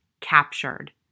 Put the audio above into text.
Captured